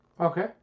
Okay